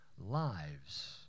lives